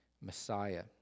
Messiah